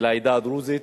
לעדה הדרוזית.